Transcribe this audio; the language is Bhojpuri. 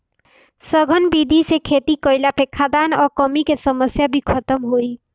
सघन विधि से खेती कईला पे खाद्यान कअ कमी के समस्या भी खतम होई